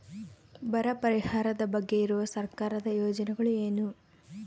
ಬರ ಪರಿಹಾರದ ಬಗ್ಗೆ ಇರುವ ಸರ್ಕಾರದ ಯೋಜನೆಗಳು ಏನು?